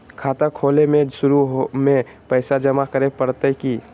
खाता खोले में शुरू में पैसो जमा करे पड़तई की?